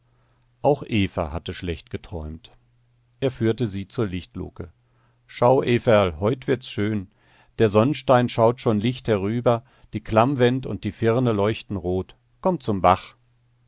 auch eva hatte schlecht geträumt er führte sie zur lichtluke schau everl heut wird's schön der sonnstein schaut schon licht herüber die klammwänd und die firne leuchten rot komm zum bach